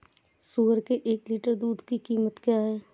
सुअर के एक लीटर दूध की कीमत क्या है?